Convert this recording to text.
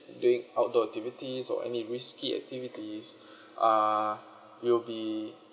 doing outdoor activities or any risky activities uh it will be